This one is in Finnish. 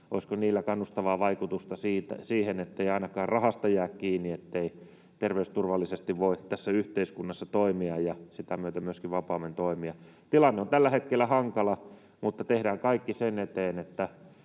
olisiko niillä kannustavaa vaikutusta siihen, ettei ainakaan rahasta jää kiinni, ettei terveysturvallisesti voi tässä yhteiskunnassa toimia ja sitä myöten myöskin vapaammin toimia? Tilanne on tällä hetkellä hankala, mutta tehdään kaikki sen eteen,